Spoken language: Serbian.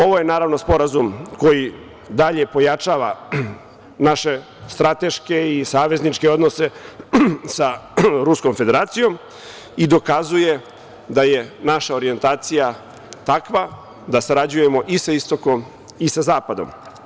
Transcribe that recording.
Ovo je, naravno, sporazum koji dalje pojačava naše strateške i savezničke odnose sa Ruskom Federacijom i dokazuje da je naša orijentacija takva da sarađujemo i sa istokom i sa zapadom.